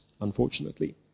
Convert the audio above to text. unfortunately